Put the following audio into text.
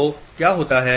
तो क्या होता है